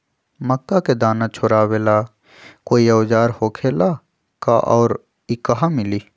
मक्का के दाना छोराबेला कोई औजार होखेला का और इ कहा मिली?